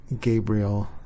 Gabriel